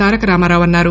తారక రామారావు అన్నారు